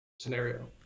scenario